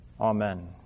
Amen